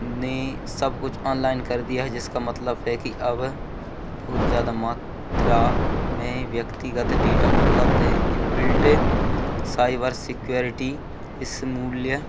ने सब कुछ ऑनलाइन कर दिया है जिसका मतलब है कि अब बहुत ज़्यादा मात्रा में व्यक्तिगत डेटा उपलब्ध है इनबिल्टे साइबर सिक्युरिटी इस मूल्य